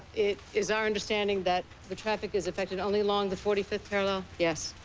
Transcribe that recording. it is our understanding that the traffic is affected only along the forty fifth parallel? yes.